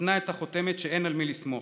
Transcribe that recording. נתנה את החותמת שאין על מי לסמוך.